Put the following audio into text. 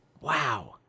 wow